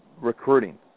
recruiting